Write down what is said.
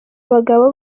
bagabo